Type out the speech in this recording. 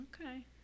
Okay